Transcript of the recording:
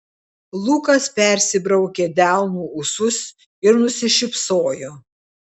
lukas persibraukė delnu ūsus ir nusišypsojo